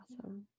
Awesome